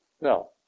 no